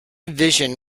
vision